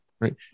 right